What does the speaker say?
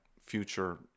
future